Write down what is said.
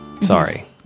Sorry